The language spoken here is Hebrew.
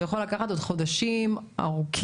זה יכול לקחת עוד חודשים ארוכים.